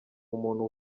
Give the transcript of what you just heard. umuntu